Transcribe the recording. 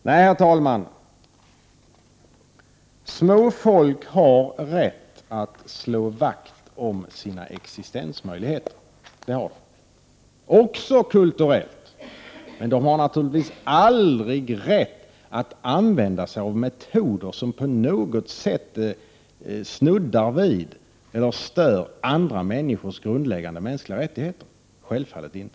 Nej, herr talman, små folk har rätt att slå vakt om sina existensmöjligheter, också kulturellt. Men de har naturligtvis aldrig rätt att använda sig av metoder som på något sätt stör andra människors grundläggande rättigheter. Självfallet inte.